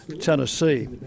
tennessee